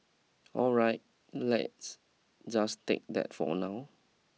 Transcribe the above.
alright let's just take that for now